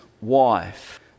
wife